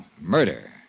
murder